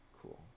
cool